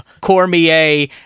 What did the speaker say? cormier